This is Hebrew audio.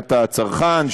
בהגנת הצרכן,